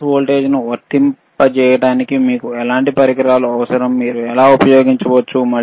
bias వోల్టేజ్ను వర్తింపచేయడానికి మీకు ఎలాంటి పరికరాలు అవసరం మీరు ఎలా ఉపయోగించవచ్చు